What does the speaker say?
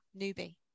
Newbie